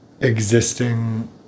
existing